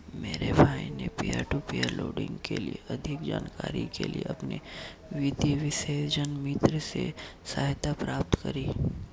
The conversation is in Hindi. मेरे भाई ने पियर टू पियर लेंडिंग की अधिक जानकारी के लिए अपने वित्तीय विशेषज्ञ मित्र से सहायता प्राप्त करी